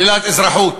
שלילת אזרחות.